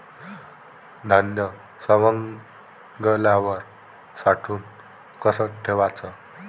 धान्य सवंगल्यावर साठवून कस ठेवाच?